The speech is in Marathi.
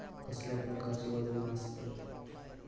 कसल्या प्रकारची वजना आसतत?